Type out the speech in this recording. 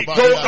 go